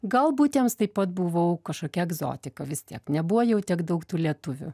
galbūt jiems taip pat buvau kažkokia egzotika vis tiek nebuvo jau tiek daug tų lietuvių